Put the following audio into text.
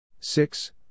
six